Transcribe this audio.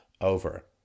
over